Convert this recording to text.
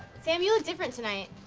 sam, you look different tonight.